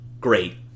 great